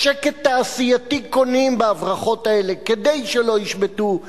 שקט תעשייתי קונים בהברחות האלה כדי שלא ישבתו,